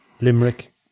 Limerick